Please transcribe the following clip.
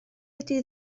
ydy